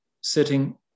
sitting